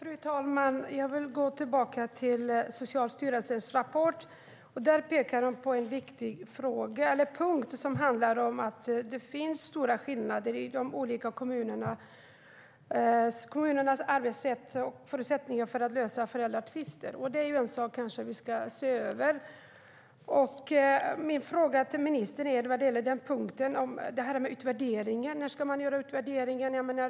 Fru talman! Jag vill gå tillbaka till Socialstyrelsens rapport, där man pekar på en viktig punkt. Det finns stora skillnader i kommunernas arbetssätt och förutsättningarna för att lösa eventuella tvister. Det är en sak som vi kanske ska se över. Min fråga till ministern vad gäller den punkten är när man ska göra utvärderingen.